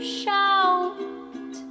shout